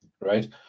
Right